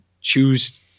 choose